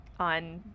on